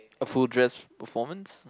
a full dress performance